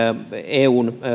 eun